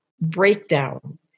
breakdown